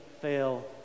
fail